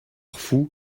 fou